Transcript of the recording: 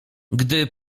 gdy